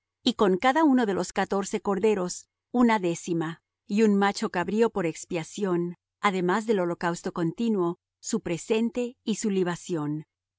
y con cada uno de los catorce corderos una décima y un macho cabrío por expiación además del holocausto continuo su presente y su libación